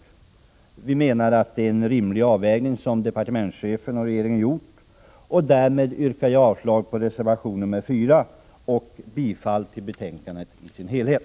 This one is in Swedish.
Vi menar att det är en rimlig avvägning som departementschefen och regeringen har gjort. Därmed yrkar jag avslag på reservation nr 4 och bifall till utskottets hemställan i dess helhet.